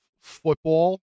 football